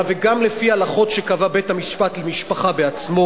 וגם לפי הלכות שקבע בית-המשפט למשפחה עצמו,